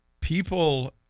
people